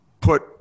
put